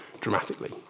dramatically